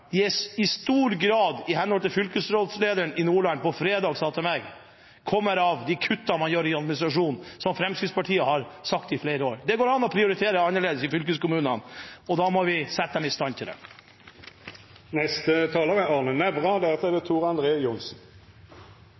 i stor grad – ifølge det fylkesrådslederen i Nordland på fredag sa til meg – av de kuttene man gjør i administrasjonen, noe Fremskrittspartiet har snakket om i flere år. Det går an å prioritere annerledes i fylkeskommunene, men da må vi sette dem i stand til det. SV støtter sjølsagt det forslaget som Senterpartiet har kommet opp med, og det